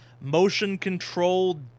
motion-controlled